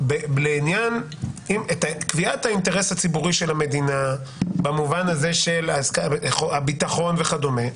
את קביעת האינטרס הציבורי של המדינה במובן הזה של הביטחון וכדומה,